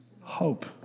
Hope